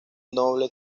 noble